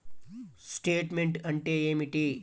Statement అంటే ఏమిటి?